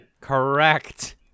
Correct